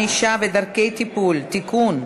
ענישה ודרכי טיפול) (תיקון,